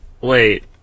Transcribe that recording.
wait